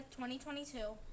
2022